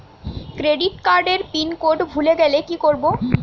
Credit কার্ডের pin code ভুলে গেলে কি করব?